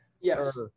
Yes